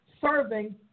Serving